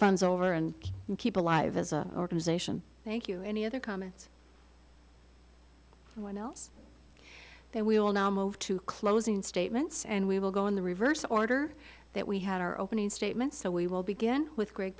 funds over and keep alive as a organization thank you any other comments when else they will now move to closing statements and we will go in the reverse order that we had our opening statements so we will begin with great